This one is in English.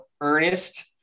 Ernest